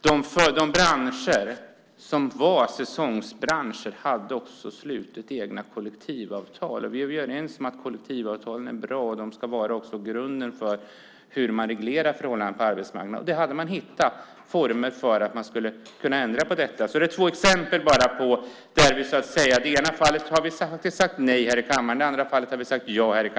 Nej - vi visste nämligen att säsongsbranscherna hade slutit egna kollektivavtal, och vi är ju överens att kollektivavtalen är bra och ska vara grunden för hur man reglerar förhållandena på arbetsmarknaden. Man hade hittat former för att kunna ändra på detta. Detta var två exempel där vi i det ena fallet sagt nej i kammaren och där vi i det andra fallet sagt ja.